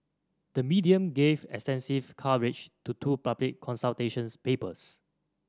the media gave extensive coverage to two public consultation's papers